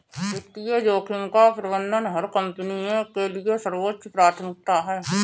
वित्तीय जोखिम का प्रबंधन हर कंपनी के लिए सर्वोच्च प्राथमिकता है